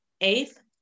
Eighth